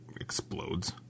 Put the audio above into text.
explodes